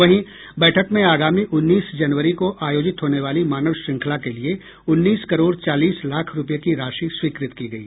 वहीं बैठक में आगामी उन्नीस जनवरी को आयोजित होने वाली मानव श्रृंखला के लिए उन्नीस करोड़ चालीस लाख रुपये की राशि स्वीकृत की गयी